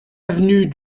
avenue